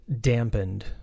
dampened